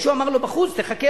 מישהו אמר לו בחוץ: תחכה,